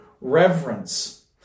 reverence